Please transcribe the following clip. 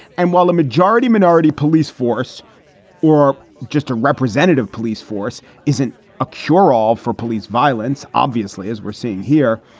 and while the majority minority police force or just a representative police force isn't a cure all for police violence. obviously, as we're seeing here,